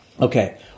Okay